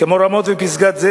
כמו רמות ופסגת-זאב,